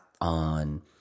on